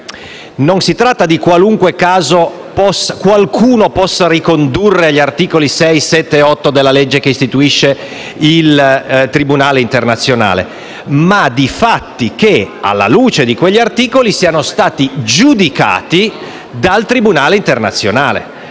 che si tratta non di qualunque caso qualcuno possa ricondurre agli articoli 6, 7 e 8 della legge che istituisce il tribunale internazionale, bensì di fatti che, alla luce di quegli articoli, siamo stati giudicati dal tribunale internazionale.